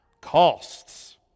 costs